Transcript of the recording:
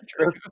true